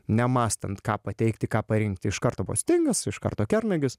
nemąstant ką pateikti ką parinkti iš karto buvo stingas iš karto kernagis